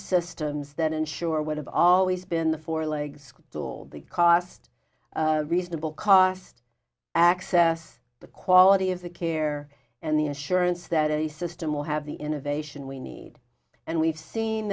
systems that ensure would have always been the forelegs to the cost reasonable cost access the quality of the care and the assurance that a system will have the innovation we need and we've seen